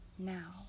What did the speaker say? Now